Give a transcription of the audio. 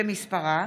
שמספרה